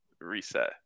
reset